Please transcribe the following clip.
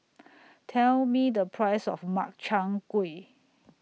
Tell Me The Price of Makchang Gui